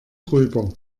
drüber